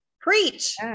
Preach